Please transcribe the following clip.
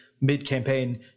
mid-campaign